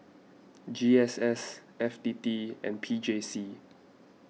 G S S F T T and P J C